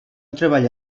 treballa